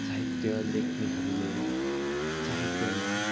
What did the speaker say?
साहित्य लेख्नेहरूले साहित्यमा